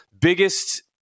biggest